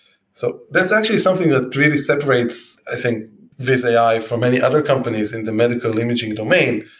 so that's actually something that really separates, i think viz ai from many other companies in the medical imaging domain.